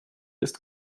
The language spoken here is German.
ist